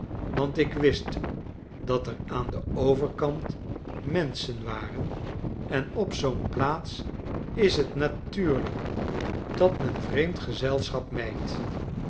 want ik wist dat er aan den overkant menschen waren en op zoo'n plaats is t natuurlijk dat men vreemd gezelschap mijdt